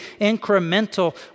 incremental